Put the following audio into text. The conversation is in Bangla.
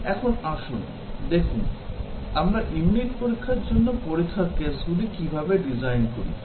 এখন আসুন দেখুন আমরা ইউনিট পরীক্ষার জন্য পরীক্ষার কেসগুলি কীভাবে ডিজাইন করি